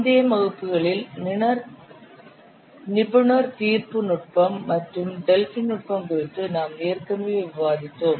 முந்தைய வகுப்புகளில் நிபுணர் தீர்ப்பு நுட்பம் மற்றும் டெல்ஃபி நுட்பம் குறித்து நாம் ஏற்கனவே விவாதித்தோம்